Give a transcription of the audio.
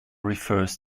refers